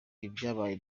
ibyabaye